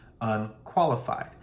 unqualified